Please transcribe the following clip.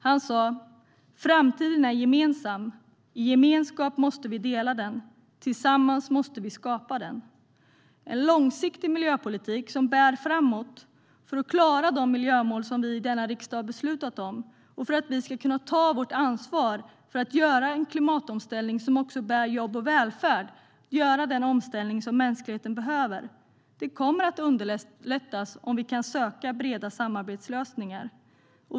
Han sa: "Framtiden är gemensam. I gemenskap måste vi dela den. Tillsammans måste vi skapa den." En långsiktig miljöpolitik som bär framåt för att klara de miljömål som vi i denna riksdag beslutat om och för att vi ska kunna ta vårt ansvar för att göra en klimatomställning som också bär jobb och välfärd, göra den omställning som mänskligheten behöver, kommer att underlättas om vi kan söka breda samarbetslösningar.